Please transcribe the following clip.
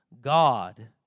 God